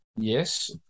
Yes